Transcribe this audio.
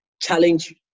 challenge